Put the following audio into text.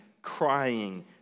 crying